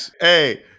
Hey